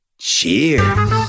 cheers